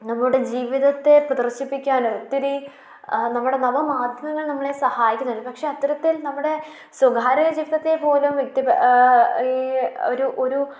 നമ്മുടെ ജീവിതത്തെ പ്രദർശിപ്പിക്കാൻ ഒത്തിരി നമ്മുടെ നവമാധ്യമങ്ങൾ നമ്മളെ സഹായിക്കുന്നത് പക്ഷേ അത്തരത്തിൽ നമ്മുടെ സ്വകാര്യ ജീവിതത്തെപ്പോലും വ്യക്തിപരം ഈ ഒരു ഒരു